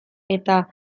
eta